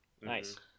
Nice